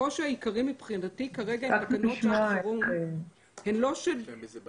הקושי העיקרי בחינתי כרגע עם תקנות שעת חירום הוא שהן לא דורשות אישור